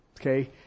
Okay